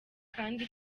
kandi